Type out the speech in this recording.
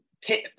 tip